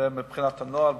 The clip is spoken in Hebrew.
מבחינת הנוהל,